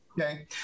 okay